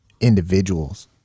individuals